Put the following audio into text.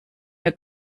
mir